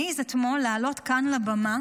מעז אתמול לעלות כאן לבמה